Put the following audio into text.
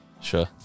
sure